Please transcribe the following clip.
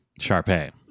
Sharpay